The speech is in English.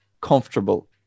comfortable